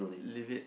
leave it